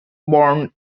born